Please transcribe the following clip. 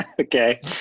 Okay